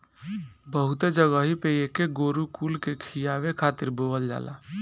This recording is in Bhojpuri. बहुते जगही पे एके गोरु कुल के खियावे खातिर बोअल जाला